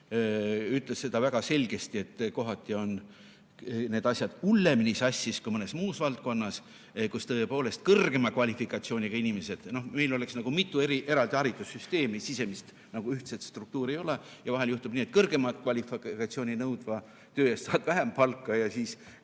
ütles väga selgesti, et kohati on need asjad hullemini sassis kui mõnes muus valdkonnas, kus tõepoolest kõrgema kvalifikatsiooniga inimesed [teenivad rohkem]. Noh, meil oleks nagu mitu eri eraldi haridussüsteemi. Sisemist ühtset struktuuri ei ole, ja vahel juhtub nii, et kõrgemat kvalifikatsiooni nõudva töö eest saad vähe palka ja kui